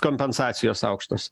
kompensacijos aukštas